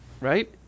Right